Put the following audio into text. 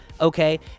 okay